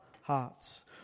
hearts